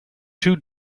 too